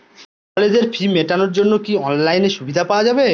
কলেজের ফি মেটানোর জন্য কি অনলাইনে সুবিধা পাওয়া যাবে?